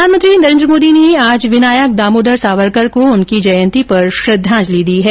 प्रधानमंत्री नरेंद्र मोदी ने आज विनायक दामोदर सावरकर को उनकी जयंती पर श्रद्धांजलि दी है